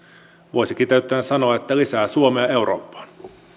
voisi kiteyttäen sanoa että lisää suomea eurooppaan